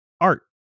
art